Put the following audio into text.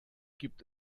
gibt